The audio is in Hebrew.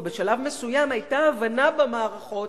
ובשלב מסוים היתה הבנה במערכות,